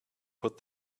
put